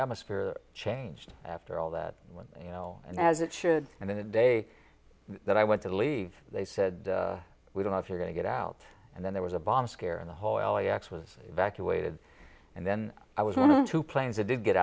atmosphere changed after all that you know and as it should and then the day that i went to leave they said we don't know if you're going to get out and then there was a bomb scare in the hallway l a x was evacuated and then i was one of the two planes i did get